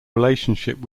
relationship